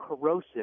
corrosive